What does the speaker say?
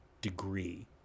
degree